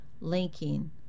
linking